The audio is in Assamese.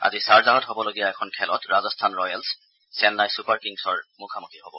আজি ছাৰজাহত হ'বলগীয়া এখন খেলত ৰাজস্থান ৰয়েলছ চেন্নাই ছুপাৰ কিংছৰ মুখামুখী হ'ব